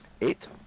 Eight